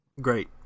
Great